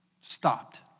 stopped